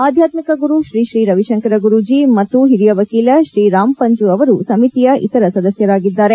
ಆಧ್ಯಾತ್ಮಿಕ ಗುರು ಶ್ರೀ ತ್ರೀ ರವಿಶಂಕರ ಗುರೂಜಿ ಮತ್ತು ಹಿರಿಯ ವಕೀಲ ಶ್ರೀರಾಮ್ ಪಂಚು ಅವರು ಸಮಿತಿಯ ಇತರ ಸದಸ್ಭರಾಗಿದ್ದಾರೆ